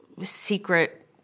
secret